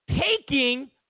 taking